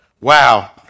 Wow